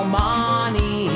money